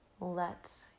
let